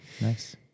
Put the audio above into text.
Nice